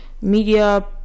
media